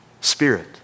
spirit